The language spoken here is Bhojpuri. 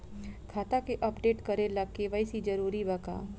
खाता के अपडेट करे ला के.वाइ.सी जरूरी बा का?